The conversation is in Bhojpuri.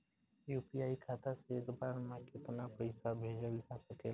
यू.पी.आई खाता से एक बार म केतना पईसा भेजल जा सकेला?